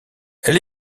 elle